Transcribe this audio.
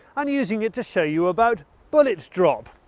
and using it to show you about bullet drop.